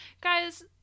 guys